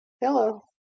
Hello